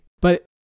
But-